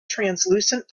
translucent